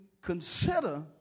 consider